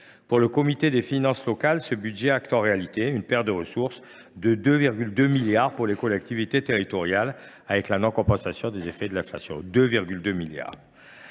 Pour le Comité des finances locales, ce budget acte en réalité une perte de ressources de 2,2 milliards d’euros pour les collectivités territoriales, si l’on prend en compte la non compensation des effets de l’inflation. Oui, 2,2 milliards